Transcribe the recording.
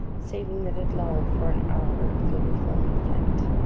saving that it lulled for an hour a little before midnight.